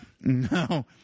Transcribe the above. No